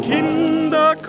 Kinder